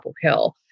Hill